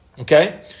okay